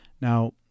Now